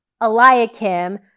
Eliakim